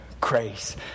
grace